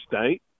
State